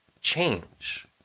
change